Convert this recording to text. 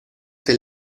del